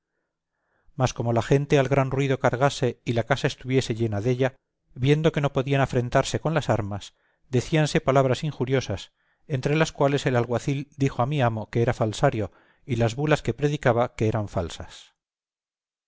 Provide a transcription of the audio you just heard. mas como la gente al gran ruido cargase y la casa estuviese llena della viendo que no podían afrentarse con las armas decíanse palabras injuriosas entre las cuales el alguacil dijo a mi amo que era falsario y las bulas que predicaba que eran falsas